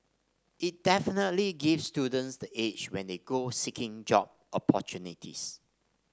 it definitely gives students the edge when they go seeking job opportunities